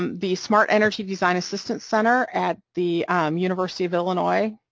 um the smart energy design assistance center at the university of illinois,